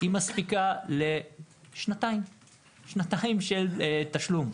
והיא מספיקה לשנתיים של תשלום.